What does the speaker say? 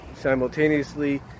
simultaneously